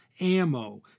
ammo